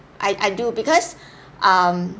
I I do because um